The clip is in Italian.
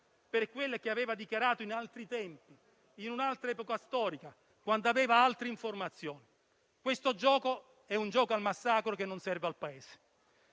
per quello che aveva dichiarato in altri tempi, in un'altra epoca storica, quando aveva altre informazioni. Questo è un gioco al massacro che non serve al Paese.